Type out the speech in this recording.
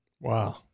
Wow